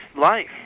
life